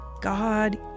God